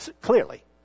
clearly